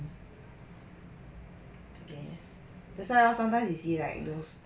that's why sometimes lor you see like those